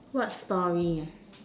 what story ah